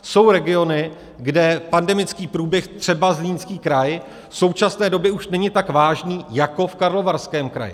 Jsou regiony, kde pandemický průběh, třeba Zlínský kraj, v současné době už není tak vážný jako v Karlovarském kraji.